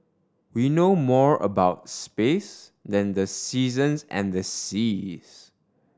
we know more about space than the seasons and the seas